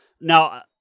Now